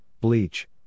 bleach